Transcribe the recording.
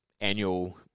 annual